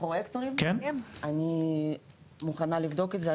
אני מוכנה לבדוק את זה,